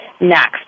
next